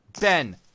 Ben